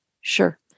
sure